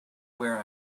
where